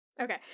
Okay